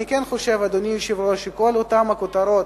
אני כן חושב, אדוני היושב-ראש, שכל אותן כותרות